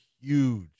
huge